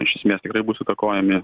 iš esmės tikrai bus įtakojami